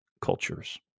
cultures